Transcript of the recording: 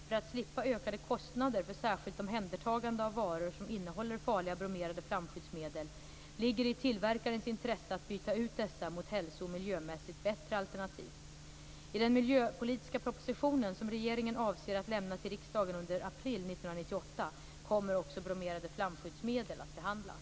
För att slippa ökade kostnader för särskilt omhändertagande av varor som innehåller farliga bromerade flamskyddsmedel ligger det i tillverkarens intresse att byta ut dessa mot hälso och miljömässigt bättre alternativ. I den miljöpolitiska propositionen, som regeringen avser att lämna till riksdagen under april 1998, kommer också bromerade flamskyddsmedel att behandlas.